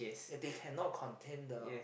it they can not contain the